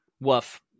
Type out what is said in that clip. woof